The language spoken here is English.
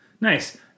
Nice